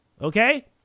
Okay